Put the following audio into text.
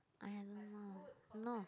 !aiya! don't know no